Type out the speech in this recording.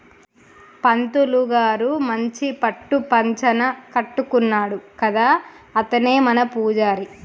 పంతులు గారు మంచి పట్టు పంచన కట్టుకున్నాడు కదా అతనే మన పూజారి